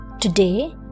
Today